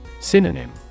Synonym